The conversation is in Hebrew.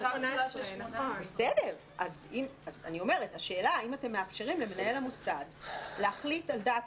בקפסולה של 18. השאלה אם אתם מאפשרים למנהל המוסד להחליט על דעת